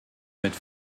mit